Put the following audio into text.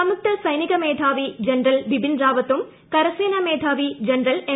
സംയുക്ത സൈനിക മേധാവി ജനറൽ ബിപിൻ റാവത്തും കരസേനാ മേധാവി ജനറൽ എം